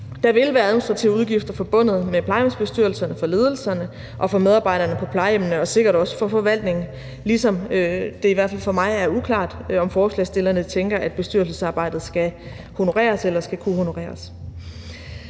Der vil være administrative udgifter forbundet med plejehjemsbestyrelserne for ledelserne, for medarbejderne på plejehjemmene og sikkert også for forvaltningen, ligesom det i hvert fald for mig er uklart, om forslagsstillerne tænker, at bestyrelsesarbejdet skal honoreres eller skal kunne honoreres.